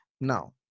Now